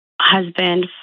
husband